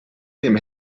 dem